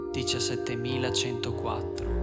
17.104